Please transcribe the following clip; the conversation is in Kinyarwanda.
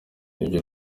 nibyo